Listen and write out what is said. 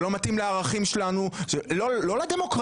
זה לא מתאים לערכים שלנו לא לדמוקרטיים,